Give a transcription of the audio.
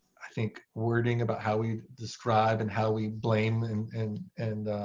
i think, wording about how we describe and how we blame and and and